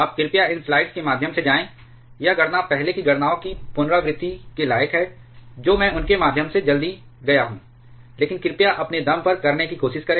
आप कृपया इन स्लाइड्स के माध्यम से जाएं यह गणना पहले की गणनाओं की पुनरावृत्ति के लायक है जो मैं उनके माध्यम से जल्दी गया हूं लेकिन कृपया अपने दम पर करने की कोशिश करें